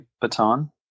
Baton